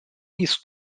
east